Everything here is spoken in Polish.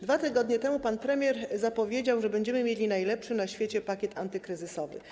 2 tygodnie temu pan premier zapowiedział, że będziemy mieli najlepszy na świecie pakiet antykryzysowy.